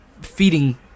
feeding